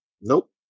nope